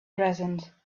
present